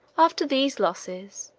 after these losses,